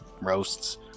roasts